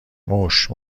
موش